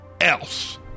else